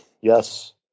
Yes